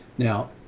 now,